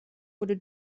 wurde